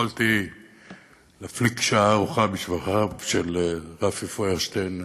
יכולתי להפליג שעה ארוכה בשבחיו של רפי פוירשטיין.